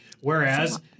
whereas